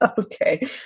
Okay